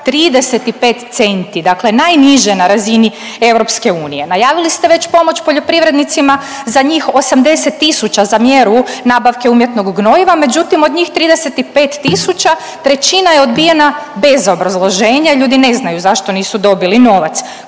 35 centi. Dakle, najniže na razini EU. Najavili ste već pomoć poljoprivrednicima za njih 80 tisuća za mjeru nabavke umjetnog gnojiva, međutim od njih 35 tisuća trećina je odbijena bez obrazloženja, ljudi ne znaju zašto nisu dobili novac.